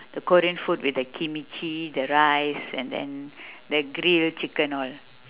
the korean food with the kimchi the rice and then the grilled chicken all that